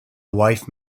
wife